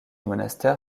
monastère